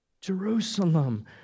Jerusalem